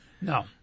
No